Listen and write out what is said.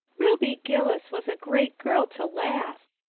ruby gillis was a great girl to laugh,